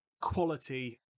quality